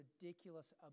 ridiculous